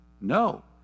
No